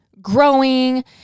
growing